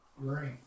great